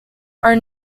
are